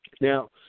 Now